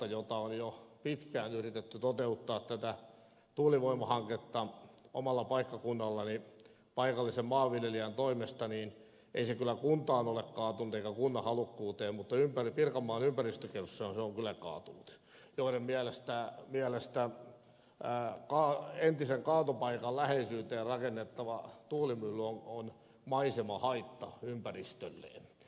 tätä tuulivoimahanketta on jo pitkään yritetty toteuttaa omalla paikkakunnallani paikallisen maanviljelijän toimesta ja ei se kyllä kuntaan ole kaatunut eikä kunnan halukkuuteen mutta se on kyllä kaatunut pirkanmaan ympäristökeskukseen jonka mielestä entisen kaatopaikan läheisyyteen rakennettava tuulimylly on maisemahaitta ympäristölleen